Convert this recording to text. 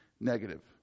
negative